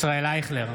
ישראל אייכלר,